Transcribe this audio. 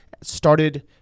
started